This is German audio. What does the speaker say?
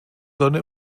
sonne